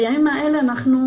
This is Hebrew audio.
בימים אלה אנחנו